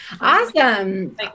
awesome